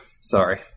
Sorry